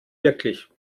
wirklich